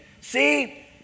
see